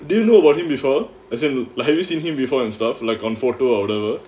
did you know about him before as in like have you seen him before and stuff like on photo or whatever